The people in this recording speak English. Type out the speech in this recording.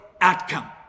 outcome